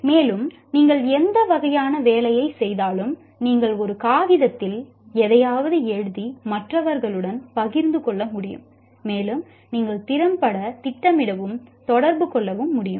மேலும் நீங்கள் எந்த வகையான வேலையைச் செய்தாலும் நீங்கள் ஒரு காகிதத்தில் எதையாவது எழுதி மற்றவர்களுடன் பகிர்ந்து கொள்ள முடியும் மேலும் நீங்கள் திறம்பட திட்டமிடவும் தொடர்பு கொள்ளவும் முடியும்